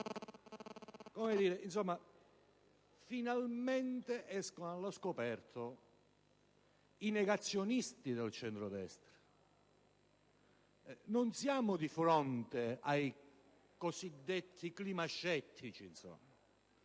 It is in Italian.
alle sue spalle: finalmente escono allo scoperto i negazionisti del centrodestra. Non siamo di fronte ai cosiddetti climascettici, né